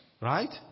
right